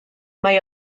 mae